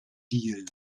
deal